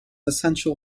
essential